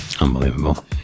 Unbelievable